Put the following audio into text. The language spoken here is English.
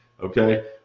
Okay